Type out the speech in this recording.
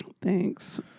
thanks